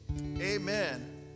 amen